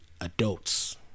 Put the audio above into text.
adults